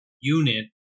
unit